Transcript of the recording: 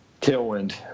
Tailwind